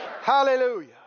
Hallelujah